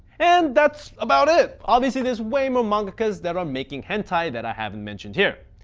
and that's about it. obviously, there're way more mangakas that are making hentai that i haven't mentioned here.